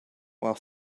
while